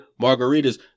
margaritas